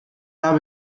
hab